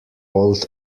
old